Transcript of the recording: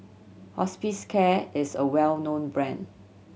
Hospicare is a well known brand